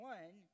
One